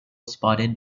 spotted